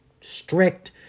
strict